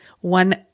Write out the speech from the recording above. one